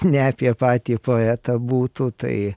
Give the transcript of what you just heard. ne apie patį poetą būtų tai